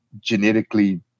genetically